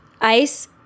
Ice